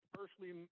personally